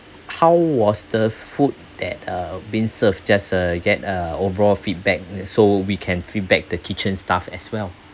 how was the food that uh been served just uh get a overall feedback so we can feedback the kitchen staff as well